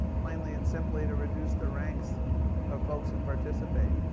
plainly and simply, to reduce the ranks of folks who participate.